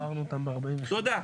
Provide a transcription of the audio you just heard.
תודה.